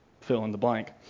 fill-in-the-blank